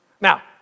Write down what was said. Now